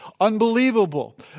unbelievable